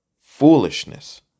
foolishness